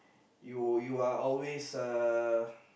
you you are always uh